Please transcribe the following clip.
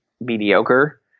mediocre